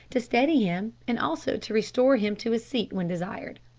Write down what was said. to steady him, and also to restore him to his seat when desired.